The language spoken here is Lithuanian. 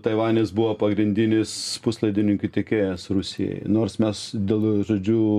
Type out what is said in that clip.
taivanis buvo pagrindinis puslaidininkių tiekėjas rusijai nors mes dėl žodžiu